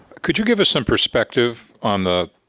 could you give us some perspective on the